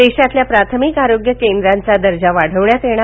देशातल्या प्राथमिक आरोग्य केंद्रांचा दर्जा वाढवण्यात येणार